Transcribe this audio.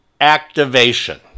activation